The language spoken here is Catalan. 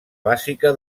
bàsica